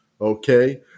Okay